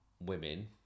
women